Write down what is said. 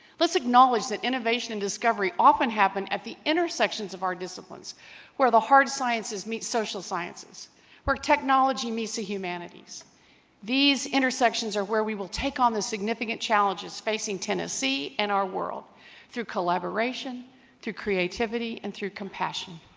let's acknowledge that innovation and discovery often happen at the intersections of our disciplines where the hard sciences meet social sciences where technology meets the humanities these intersections are where we will take on the significant challenges facing tennessee and our world through collaboration through creativity and through compassion